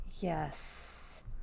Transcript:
Yes